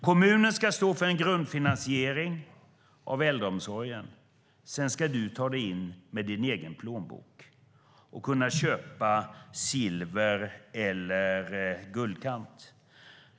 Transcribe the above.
Kommunen ska stå för en grundfinansiering av äldreomsorgen, och sedan ska du ta dig in med din egen plånbok - du ska kunna köpa silver eller guldkant.